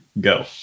go